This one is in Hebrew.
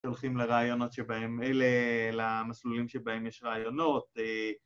‫הולכים לרעיונות שבהן אלה, ‫למסלולים שבהן יש רעיונות.